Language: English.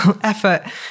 effort